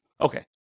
Okay